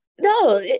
no